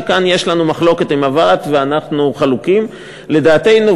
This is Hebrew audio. שכאן יש לנו מחלוקת עם הוועד ואנחנו חלוקים: לדעתנו,